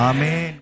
Amen